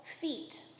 feet